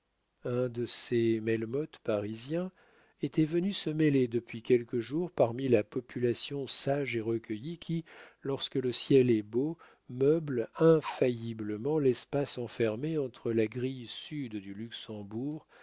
un de ces melmoth parisiens était venu se mêler depuis quelques jours parmi la population sage et recueillie qui lorsque le ciel est beau meuble infailliblement l'espace enfermé entre la grille sud du luxembourg